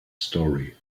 story